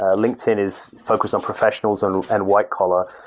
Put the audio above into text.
ah linkedin is focused on professionals um and white collar.